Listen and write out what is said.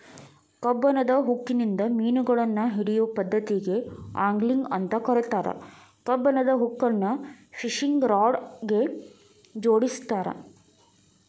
ಕಬ್ಬಣದ ಹುಕ್ಕಿನಿಂದ ಮಿನುಗಳನ್ನ ಹಿಡಿಯೋ ಪದ್ದತಿಗೆ ಆಂಗ್ಲಿಂಗ್ ಅಂತ ಕರೇತಾರ, ಕಬ್ಬಣದ ಹುಕ್ಕನ್ನ ಫಿಶಿಂಗ್ ರಾಡ್ ಗೆ ಜೋಡಿಸಿರ್ತಾರ